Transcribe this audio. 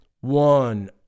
one